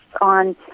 on